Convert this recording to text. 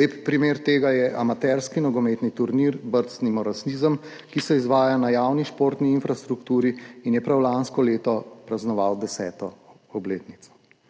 Lep primer tega je amaterski nogometni turnir Brcnimo rasizem, ki se izvaja na javni športni infrastrukturi in je prav lansko leto praznoval deseto obletnico.